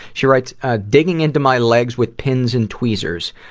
she writes, ah, digging into my legs with pins and tweezers.